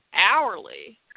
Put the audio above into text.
hourly